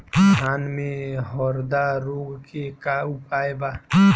धान में हरदा रोग के का उपाय बा?